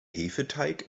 hefeteig